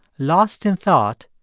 lost in thought,